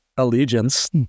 allegiance